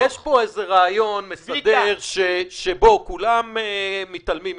יש פה איזה רעיון מסדר שכולם מתעלמים ממנו.